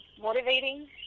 motivating